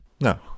No